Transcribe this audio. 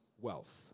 wealth